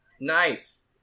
Nice